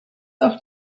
auch